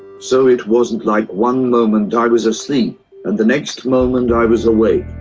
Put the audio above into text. so it wasn't like one moment i was asleep and the next moment i was awake.